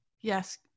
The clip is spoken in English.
Yes